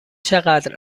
چقدر